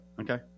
Okay